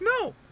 No